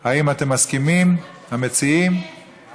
סטודנטים בפעילות חברתית וקהילתית, התשע"ה